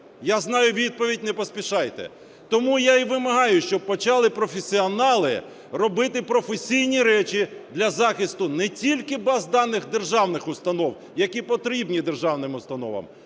Я знаю відповідь, не поспішайте. Тому я і вимагаю, щоб почали професіонали робити професійні речі для захисту не тільки баз даних державних установ, які потрібні державним установам.